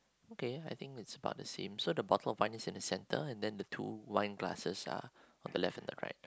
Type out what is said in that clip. okay I think it's about the same so the bottle of wine is in the center and then the two wine glasses are on the left and the right